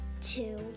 two